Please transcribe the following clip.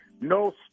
No